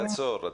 תעצור.